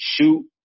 shoot